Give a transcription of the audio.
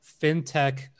fintech